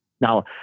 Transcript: Now